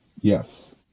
Yes